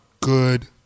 good